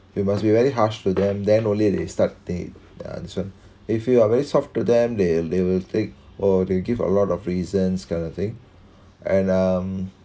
we must be very harsh to them then only they start they uh this one if you are very soft to them they they will take or they give a lot of reasons kind of thing and um